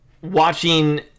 watching